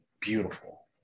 beautiful